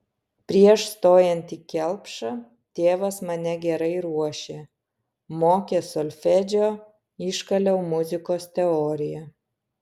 prieš stojant į kelpšą tėvas mane gerai ruošė mokė solfedžio iškaliau muzikos teoriją